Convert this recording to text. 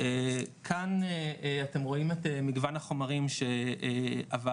כאן אתם רואים את מגוון החומרים שהוועדה